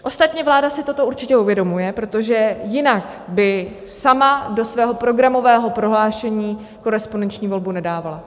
Ostatně vláda si toto určitě uvědomuje, protože jinak by sama do svého programového prohlášení korespondenční volbu nedávala.